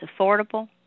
affordable